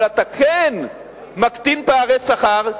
אבל אתה כן מקטין פערי שכר,